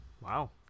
Wow